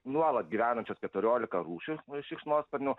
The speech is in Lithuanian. nuolat gyvenančios keturiolika rūšių šikšnosparnių